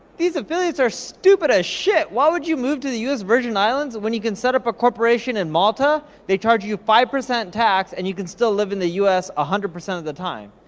these affiliates are stupid as shit. why would you move to the us virgin islands, when you can set up a corporation in malta. they charge you you five percent tax, and you can still live in the us, one ah hundred percent of the time.